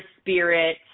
spirit